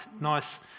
nice